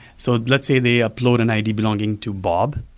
so let's say they upload an id belonging to bob.